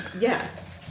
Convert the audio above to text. Yes